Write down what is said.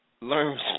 learn